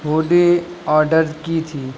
hoodie order کی تھی